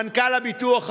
מנכ"ל הביטוח הלאומי,